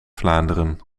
vlaanderen